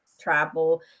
travel